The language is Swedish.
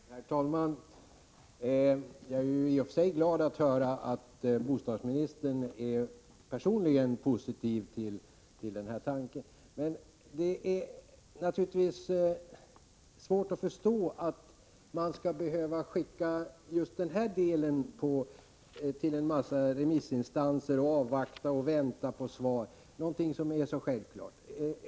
Herr talman! Jag är i och för sig glad att höra att bostadsministern personligen är positiv till den här tanken. Men jag har svårt att förstå att just den här delen av betänkandet skall behöva skickas till ett antal remissinstanser. Då måste man ju vänta på svaren. Frågan är ju så självklar.